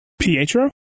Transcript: Pietro